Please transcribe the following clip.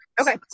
Okay